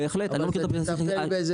בהחלט אני לא מכיר, אכן,